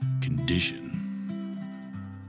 condition